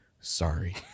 sorry